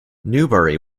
newbury